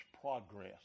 Progress